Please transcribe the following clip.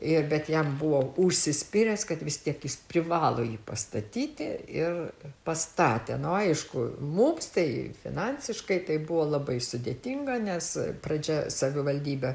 ir bet jam buvo užsispyręs kad vis tiek jis privalo jį pastatyti ir pastatė nu aišku mums tai finansiškai tai buvo labai sudėtinga nes pradžia savivaldybė